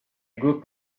group